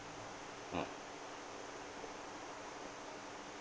ah